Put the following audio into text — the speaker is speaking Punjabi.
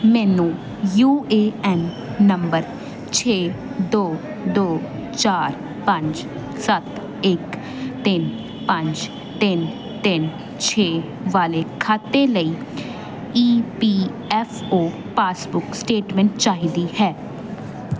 ਮੈਨੂੰ ਯੂ ਏ ਐੱਨ ਨੰਬਰ ਛੇ ਦੋ ਦੋ ਚਾਰ ਪੰਜ ਸੱਤ ਇੱਕ ਤਿੰਨ ਪੰਜ ਤਿੰਨ ਤਿੰਨ ਛੇ ਵਾਲੇ ਖਾਤੇ ਲਈ E P F O passbook statement ਚਾਹੀਦੀ ਹੈ